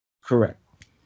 Correct